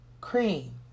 cream